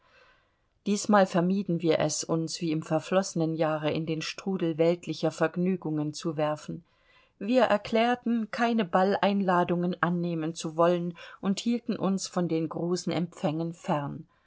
diesmal vermieden wir es uns wie im verflossenen jahre in den strudel weltlicher vergnügungen zu werfen wir erklärten keine balleinladungen annehmen zu wollen und hielten uns von den großen empfängen fern